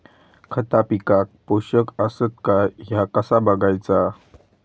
खता पिकाक पोषक आसत काय ह्या कसा बगायचा?